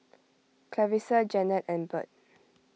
Clarisa Janet and Burt